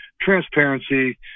transparency